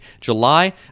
July